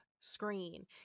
screen